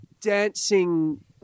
dancing